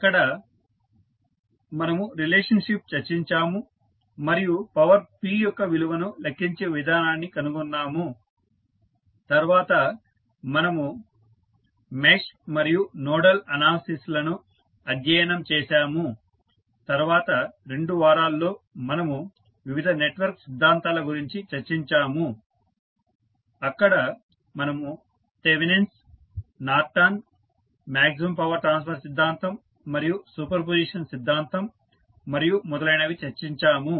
అక్కడ మనము రిలేషన్షిప్ చర్చించాము మరియు పవర్ P యొక్క విలువను లెక్కించే విధానాన్ని కనుగొన్నాము తర్వాత మనము మెష్ మరియు నోడల్ అనాలసిస్ లను అధ్యయనం చేసాము తర్వాత రెండు వారాల్లో మనము వివిధ నెట్వర్క్ సిద్ధాంతాల గురించి చర్చించాము అక్కడ మనము Thevenin's Norton maximum power transfer సిద్ధాంతం మరియు సూపర్ పొజిషన్ సిద్ధాంతం మరియు మొదలైనవి చర్చించాము